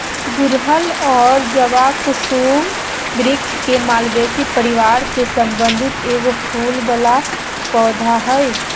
गुड़हल और जवाकुसुम वृक्ष के मालवेसी परिवार से संबंधित एगो फूल वला पौधा हइ